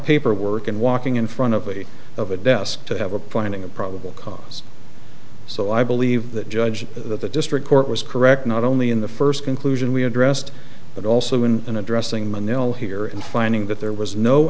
paperwork and walking in front of a of a desk to have a finding of probable cause so i believe that judge that the district court was correct not only in the first conclusion we addressed but also in an addressing manil here in finding that there was no